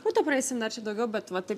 nu tai praeisim dar čia daugiau bet vat taip